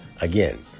again